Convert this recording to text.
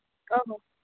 ᱚ ᱦᱚᱸ